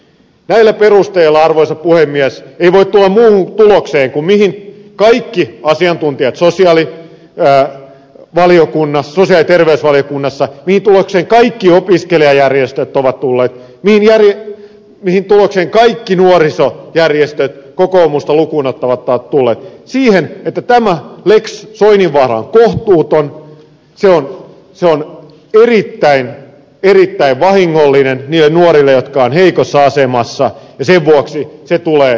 näillä perusteilla arvoisa puhemies ei voi tulla muuhun tulokseen kuin siihen mihin kaikki asiantuntijat sosiaali ja terveysvaliokunnassa ovat tulleet mihin kaikki opiskelijajärjestöt ovat tulleet mihin kaikki nuorisojärjestöt kokoomusta lukuun ottamatta ovat tulleet siihen että tämä lex soininvaara on kohtuuton se on erittäin erittäin vahingollinen niille nuorille jotka ovat heikossa asemassa ja sen vuoksi se tulee hylätä